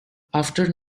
after